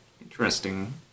Interesting